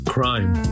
Crime